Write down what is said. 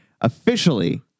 officially